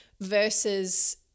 versus